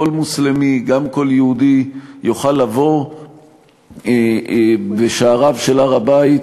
מוסלמי גם כל יהודי יוכל לבוא בשעריו של הר-הבית,